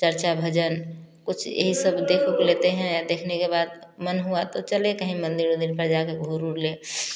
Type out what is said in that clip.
चर्चा भजन कुछ यही सब देख उख लेते हैं देखने के बाद मन हुआ तो चले कहीं मंदिर उंदीर पर जाके घूम उम ले